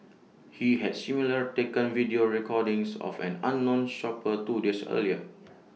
he had similarly taken video recordings of an unknown shopper two days earlier